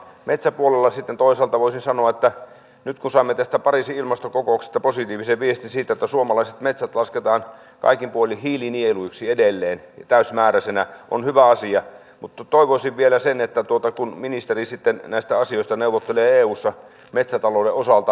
metsäpuolella sitten toisaalta voisi sanoa tää nyt osaamme tästä pariisin ilmastokokouksesta positiivisen viestin siitä kun suomalaiset metsät lasketaan kaikin puolin hiilinieluiksi edelleen täysimääräisenä on hyvä asia mutta toivoisi vielä sen että tuotetun ministeri sitten näistä asioista neuvottelee eussa metsätalouden osalta